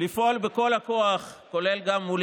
מי